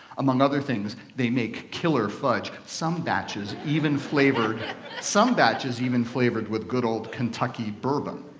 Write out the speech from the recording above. among other things, they make killer fudge. some batches even flavored some batches even flavored with good old kentucky bourbon.